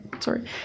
Sorry